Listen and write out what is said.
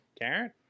Carrot